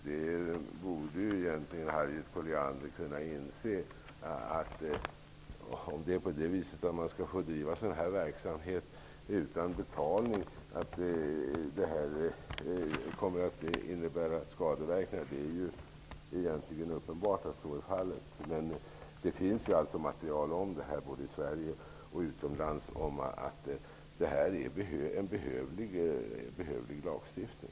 Harriet Colliander borde egentligen kunna inse att om man får bedriva sådan här verksamhet utan betalning, kommer det att innebära skadeverkningar. Det är uppenbart att så är fallet. Det finns material både i Sverige och utomlands som visar att det här är en behövlig lagstiftning.